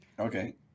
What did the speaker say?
Okay